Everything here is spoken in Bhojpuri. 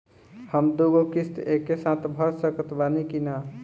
हम दु गो किश्त एके साथ भर सकत बानी की ना?